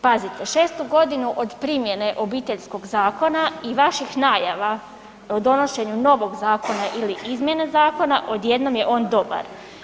Pazite, 6. godinu od primjene Obiteljskog zakona i vaših najava o donošenju novog zakona ili izmjene zakona, odjednom je on dobar.